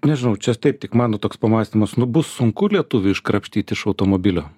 nežinau čia taip tik mano toks pamąstymas nu bus sunku lietuvį iškrapštyti iš automobilio